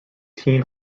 team